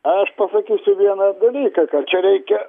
aš pasakysiu vieną dalyką kad čia reikia